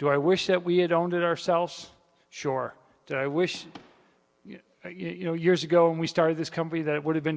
do i wish that we had owned it ourselves shore i wish you know years ago when we started this company that it would have been